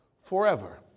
forever